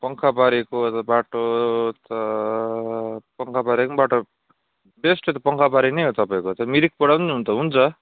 पङ्खाबारीको बाटो त पङ्खाबारीको पनि बाटो बेस्ट त पङ्खाबारी नै हो त्यो तपाईँको मिरिकबाट पनि हुन त हुन्छ